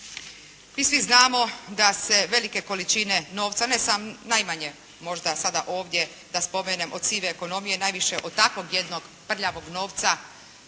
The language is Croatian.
Mi svi znamo da se velike količine novca, ne samo, najmanje možda sada ovdje da spomenem od sive ekonomije, najviše od takvog jednog prljavog novca